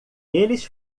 eles